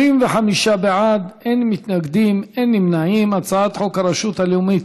חוק הרשות הלאומית